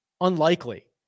Unlikely